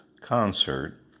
concert